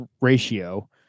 ratio